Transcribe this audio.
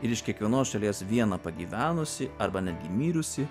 ir iš kiekvienos šalies viena pagyvenusi arba netgi mirusi